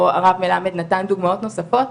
או הרב מלמד נתן דוגמאות נוספות,